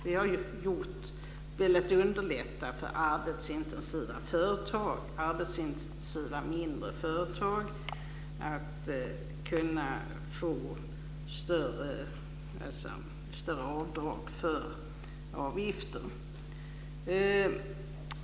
Vi har ju velat underlätta för arbetsintensiva mindre företag när det gäller att de ska kunna få göra större avdrag för avgifter.